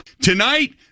Tonight